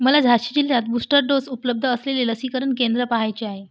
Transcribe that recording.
मला झाशी जिल्ह्यात बूस्टर डोस उपलब्ध असलेले लसीकरण केंद्र पाहायचे आहे